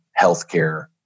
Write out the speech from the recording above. healthcare